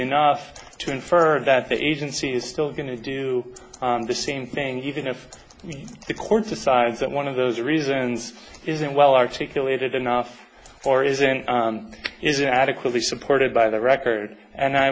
enough to infer that the agency is still going to do the same thing even if the court decides that one of those reasons isn't well articulated enough or isn't is adequately supported by the record and i